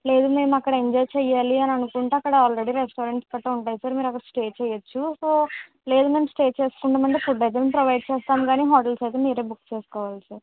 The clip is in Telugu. లేదా మేము అక్కడ ఎంజాయి చేయాలి అని అనుకుంటే అక్కడ ఆల్రెడీ రెస్టారెంట్స్ గట్టా ఉంటాయి సార్ మీరు అక్కడ స్టే చేయచ్చు సో లేదు మేము స్టే చేసుకుంటాం అయితే ఫుడ్డు అయితే మేము ప్రొవైడ్ చేస్తాం గానీ హోటల్స్ అయితే మీరే బుక్ చేసుకోవాలి సార్